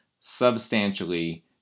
substantially